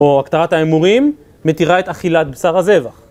או הקטרת האימורים, מתירה את אכילת בשר הזבח